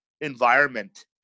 environment